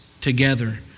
together